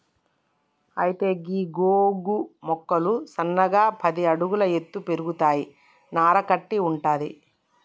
అయితే గీ గోగు మొక్కలు సన్నగా పది అడుగుల ఎత్తు పెరుగుతాయి నార కట్టి వుంటది